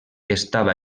estava